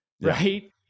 right